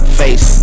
face